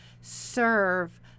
serve